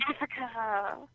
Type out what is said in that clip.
Africa